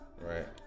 right